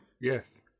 yes